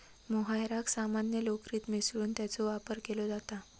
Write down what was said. मोहायराक सामान्य लोकरीत मिसळून त्याचो वापर केलो जाता